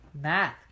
Math